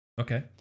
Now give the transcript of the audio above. Okay